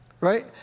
Right